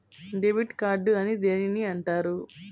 Debit card అని దేనిని అంటారు?